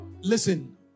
Listen